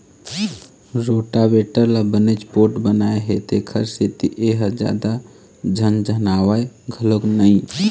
rotavator ल बनेच पोठ बनाए हे तेखर सेती ए ह जादा झनझनावय घलोक नई